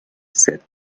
said